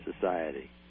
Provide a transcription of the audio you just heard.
society